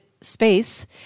Space